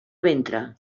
ventre